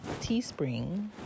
teespring